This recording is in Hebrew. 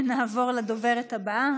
נעבור לדוברת הבאה,